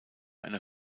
einer